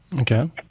Okay